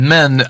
Men